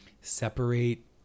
separate